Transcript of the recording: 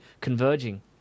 converging